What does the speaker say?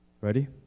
Ready